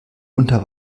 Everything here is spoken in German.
unter